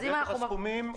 לגבי הסכומים,